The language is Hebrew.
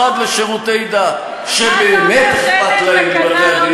והדבר הזה הוא ביטוי נאמן למה שקרה לבתי-הדין